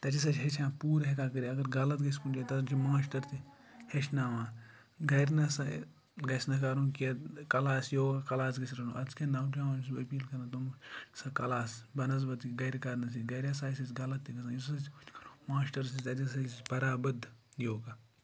تَتہِ ہَسا چھِ ہیٚچھان پوٗرٕ ہٮ۪کان کٔرِتھ اَگَر غلط گژھِ کُنہِ جایہِ تَتَس چھِ ماشٹَر تہِ ہیٚچھناوان گَرِ نَسا گَژھِ نہٕ کَرُن کیٚنٛہہ کَلاس یوگا کَلاس گَژھِ رَنُن آزِ کٮ۪ن نوجاوانن چھُس بہٕ أپیٖل کَران تم ہَسا کَلاس بَنَسبَت گَرِ کَرنہٕ سۭتۍ گَرِ ہَسا چھِ أسۍ غلط تہِ گژھان یُس اَسہِ ماشٹَر سۭتۍ تَتہِ ہَسا چھِ بَرابد یوگا